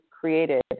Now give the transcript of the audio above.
created